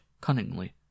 cunningly